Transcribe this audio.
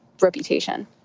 reputation